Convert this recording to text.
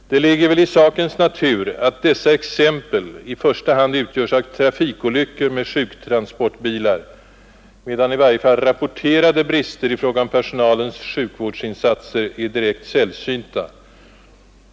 Det ligger väl i sakens natur att exempel på brister i första hand hänför sig till trafikolyckor med sjuktransportbilar, medan i varje fall rapporterade brister i fråga om personalens sjukvårdsinsatser tycks vara direkt sällsynta.